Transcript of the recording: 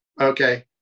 Okay